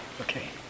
Okay